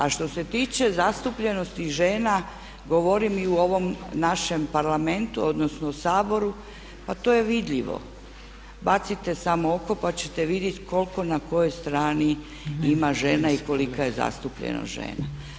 A što se tiče o zastupljenosti žena govorim i u ovom našem parlamentu, odnosno Saboru, pa to je vidljivo, bacite samo oko pa ćete vidjeti koliko na kojoj strani ima žena i kolika je zastupljenost žena.